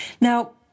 Now